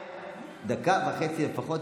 לפחות,